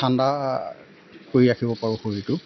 ঠাণ্ডা কৰি ৰাখিব পাৰোঁ শৰীৰটো